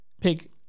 pick